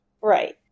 Right